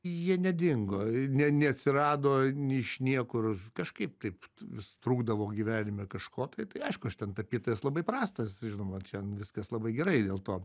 jie nedingo ne neatsirado iš niekur kažkaip taip vis trūkdavo gyvenime kažko tai tai aišku aš ten tapytojas labai prastas žinoma čia viskas labai gerai dėl to